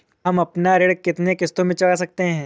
हम अपना ऋण कितनी किश्तों में चुका सकते हैं?